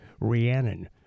Rhiannon